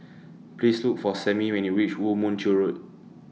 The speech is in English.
Please Look For Sammie when YOU REACH Woo Mon Chew Road